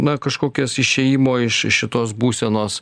na kažkokias išėjmo iš šitos būsenos